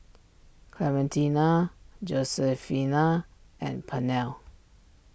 Clementina Josefina and Pernell